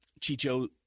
Chicho